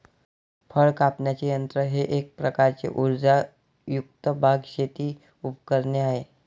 फळ कापण्याचे यंत्र हे एक प्रकारचे उर्जायुक्त बाग, शेती उपकरणे आहे